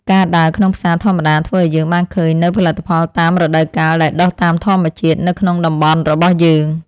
ការដើរក្នុងផ្សារធម្មតាធ្វើឱ្យយើងបានឃើញនូវផលិតផលតាមរដូវកាលដែលដុះតាមធម្មជាតិនៅក្នុងតំបន់របស់យើង។